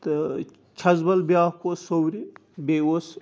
تہٕ چھَژٕبَل بیٛاکھ اوس سوٚورِ بیٚیہِ اوس